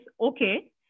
okay